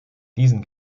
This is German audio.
diesen